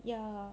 ya